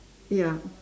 ya